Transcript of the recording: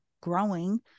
growing